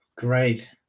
Great